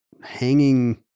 hanging